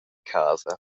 casa